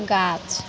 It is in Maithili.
गाछ